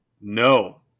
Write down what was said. No